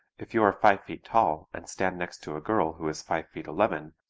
if you are five feet tall and stand next to a girl who is five feet eleven,